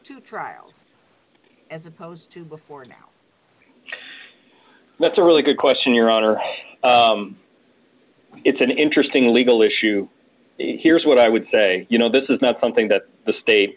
the trial as opposed to before now that's a really good question your honor it's an interesting legal issue here is what i would say you know this is not something that the state